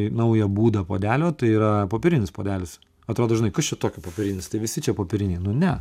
naują būdą puodelio tai yra popierinis puodelis atrodo žinai kas čia tokio popierinis tai visi čia popieriniai nu ne